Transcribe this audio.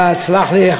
סלח לי,